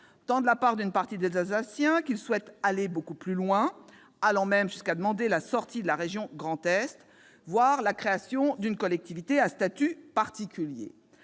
tant de la part d'une partie des Alsaciens, qui souhaitent aller beaucoup plus loin, demandant même la sortie de la région Grand Est, voire la création d'une collectivité à statut particulier,